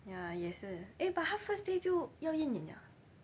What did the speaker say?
ya 也是 eh but 他 first day 就要验眼了啊